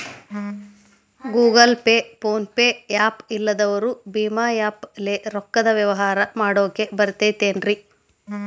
Google Pay, PhonePe app ಇಲ್ಲದವರು ಭೇಮಾ app ಲೇ ರೊಕ್ಕದ ವ್ಯವಹಾರ ಮಾಡಾಕ್ ಬರತೈತೇನ್ರೇ?